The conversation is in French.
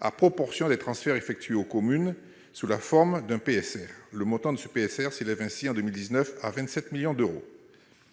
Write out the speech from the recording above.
à proportion des transferts effectués aux communes, sous la forme d'un PSR. Ce dernier s'élève, en 2019, à 27 millions d'euros.